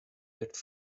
werd